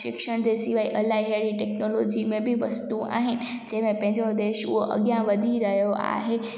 शिक्षण जे सवाइ इलाही अहिड़ी टेक्नोलॉजी में बि वस्तु आहिनि जंहिं में पंहिंजो देशु उहो अॻियां वधी रहियो आहे